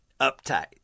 uptight